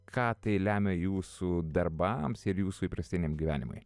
ką tai lemia jūsų darbams ir jūsų įprastiniam gyvenimui